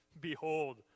Behold